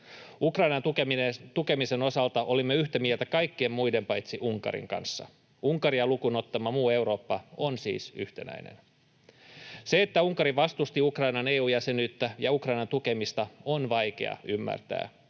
Ukrainan tukemisen osalta olimme yhtä mieltä kaikkien muiden paitsi Unkarin kanssa. Unkaria lukuun ottamatta muu Eurooppa on siis yhtenäinen. Sitä, että Unkari vastusti Ukrainan EU-jäsenyyttä ja Ukrainan tukemista, on vaikea ymmärtää.